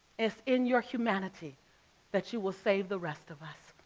it's in your humanity that you will save the rest of us.